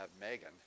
Megan